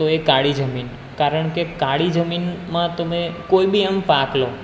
તો એ કાળી જમીન કારણ કે કાળી જમીનમાં તમે કોઈ બી આમ પાક લો